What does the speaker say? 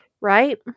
right